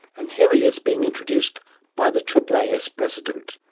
and here he is being introduced by the aaas president.